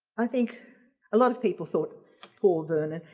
i think a lot of people thought poor vernon,